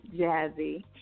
Jazzy